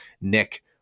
Nick